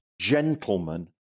Gentlemen